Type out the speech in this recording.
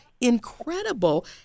incredible